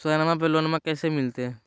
सोनमा पे लोनमा कैसे मिलते?